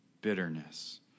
Bitterness